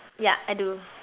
ya I do